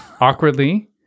awkwardly